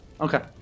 Okay